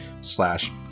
slash